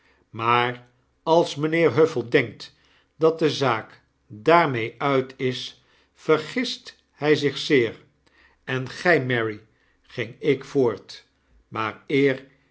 maar als mynheer huffell denkt dat de zaak daarmee uit is vergist hy zich zeer en gy mary ging ik voort maar eer